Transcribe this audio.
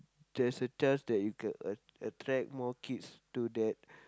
there's a chance that you can a~ attract more kids to that